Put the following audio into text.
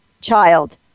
child